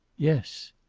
yes.